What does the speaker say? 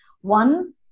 one